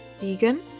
Vegan